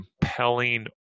compelling